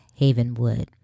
Havenwood